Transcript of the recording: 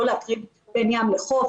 לא להפריד בין ים לחוף,